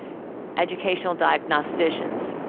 educational diagnosticians,